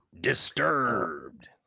Disturbed